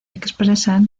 expresan